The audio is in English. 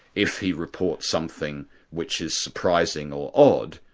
if he reports something which is surprising or odd,